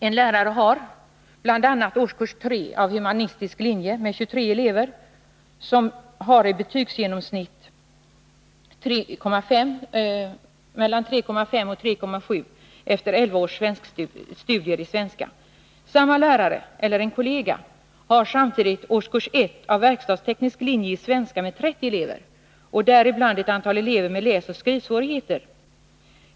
En lärare har bl.a. årskurs 3 på humanistisk linje med 23 elever som har betygsgenomsnitt mellan 3,5 och 3,7 efter elva års studier i svenska. Samma lärare eller en kollega har samtidigt årskurs 1 på verkstadsteknisk linje i svenska med 30 elever, däribland ett antal elever med läsoch skrivsvårigheter.